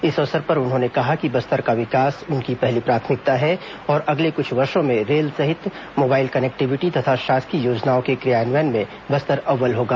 इस अवसर पर उन्होंने कहा कि बस्तर का विकास उनकी पहली प्राथमिकता है और अगले कुछ वर्षो में रेल सहित मोबाइल कनेक्टिविटी तथा शासकीय योजनाओं के क्रियान्वयन में बस्तर अव्वल होगा